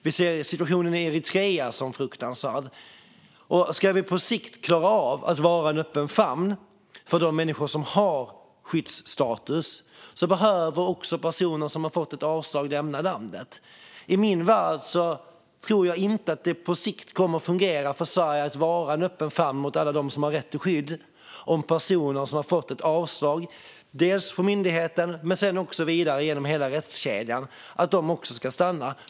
Vi ser även att situationen i Eritrea är fruktansvärd. Om vi på sikt ska klara av att vara en öppen famn för de människor som har skyddsstatus behöver också personer som har fått ett avslag lämna landet. I min värld tror jag inte att det på sikt kommer att fungera för Sverige att vara en öppen famn för alla som har rätt till skydd om personer som har fått avslag av myndigheten och vidare genom hela rättskedjan också ska stanna.